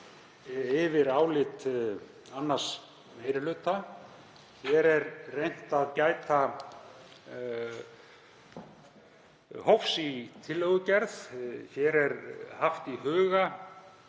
yfir álit 2. meiri hluta. Hér er reynt að gæta hófs í tillögugerð. Hér er höfð í huga